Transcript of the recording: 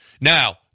Now